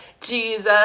Jesus